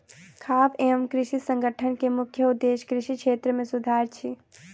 खाद्य एवं कृषि संगठन के मुख्य उदेश्य कृषि क्षेत्र मे सुधार अछि